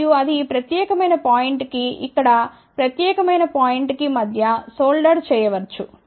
మరియుఅది ఈ ప్రత్యేకమైన పాయింట్ కి ఇక్కడ ప్రత్యేకమైన పాయింట్ కి మధ్య సోల్టర్ చేయ వచ్చు